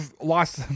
lost